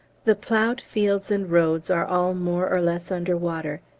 the ploughed fields and roads are all more or less under water,